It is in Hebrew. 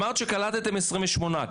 אמרת שקלטתם 28,